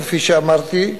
כפי שאמרתי,